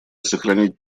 сохранить